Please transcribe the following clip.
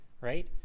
right